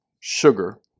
sugar